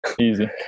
Easy